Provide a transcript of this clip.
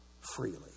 freely